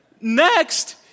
Next